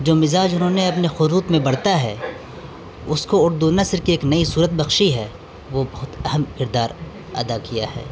جو مزاج انہوں نے اپنے خطوط میں برتا ہے اس کو اردو نثر کی ایک نئی صورت بخشی ہے وہ بہت اہم کردار ادا کیا ہے